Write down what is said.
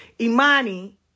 Imani